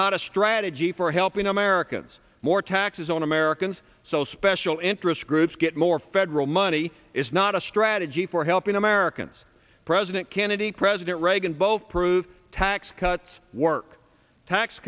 not a strategy for helping americans more taxes on americans so special interest groups get more federal money is not a strategy for helping americans president kennedy president reagan both prove tax cuts work tax